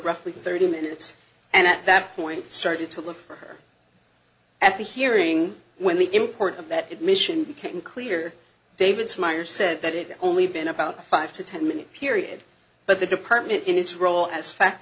gruffly thirty minutes and at that point started to look for her at the hearing when the import of that admission came clear david's meyer said that it only been about five to ten minute period but the department in its role as fact